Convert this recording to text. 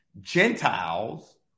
Gentiles